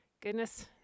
Goodness